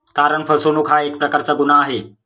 तारण फसवणूक हा एक प्रकारचा गुन्हा आहे